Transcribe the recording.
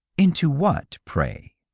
into what, pray?